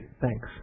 thanks